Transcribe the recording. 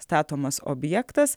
statomas objektas